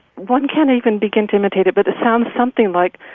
one can't even begin to imitate it, but the sound's something like.